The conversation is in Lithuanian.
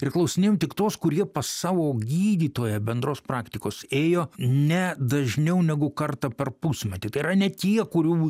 ir klausinėjom tik tuos kurie pas savo gydytoją bendros praktikos ėjo ne dažniau negu kartą per pusmetį tai yra ne tie kurių